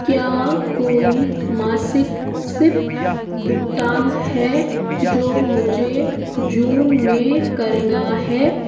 क्या कोई मासिक सिप भुगतान है जो मुझे जून में करना है